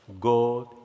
God